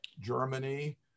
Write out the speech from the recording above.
Germany